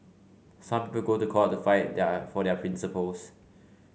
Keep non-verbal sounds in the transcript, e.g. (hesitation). some (unintelligible) to court the fight their (hesitation) for their principles